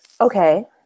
Okay